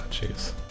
jeez